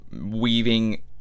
weaving